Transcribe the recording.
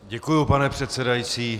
Děkuji, pane předsedající.